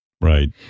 Right